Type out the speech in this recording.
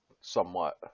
somewhat